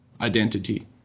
identity